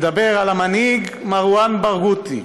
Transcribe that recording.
מדבר על המנהיג מרואן ברגותי: